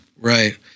Right